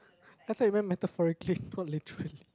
that's why it went metaphorically not literally